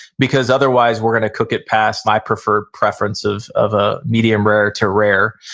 because otherwise we're gonna cook it past my preferred preference of of a medium rare to rare.